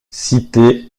cités